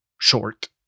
short